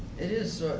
it is.